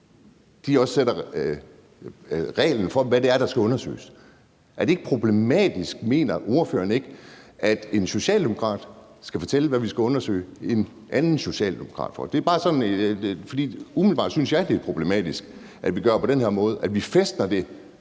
sætter reglerne for, hvad det er, der skal undersøges? Mener ordføreren ikke, det er problematisk, at en socialdemokrat skal fortælle, hvad vi skal undersøge en anden socialdemokrat for? Det siger jeg bare, fordi jeg umiddelbart synes, det er problematisk, at vi gør det på den her måde, altså at vi fæstner det